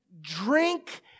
drink